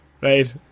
right